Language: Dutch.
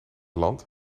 land